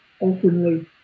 openly